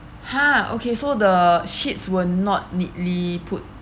!huh! okay so the sheets were not neatly put